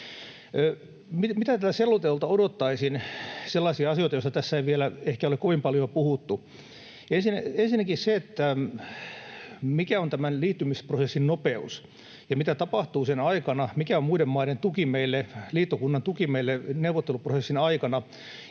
ei vielä ehkä ole kovin paljon puhuttu, odottaisin tältä selonteolta? Ensinnäkin: mikä on tämän liittymisprosessin nopeus ja mitä tapahtuu sen aikana, mikä on muiden maiden tuki meille, liittokunnan tuki meille neuvotteluprosessin aikana